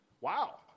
Wow